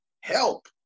help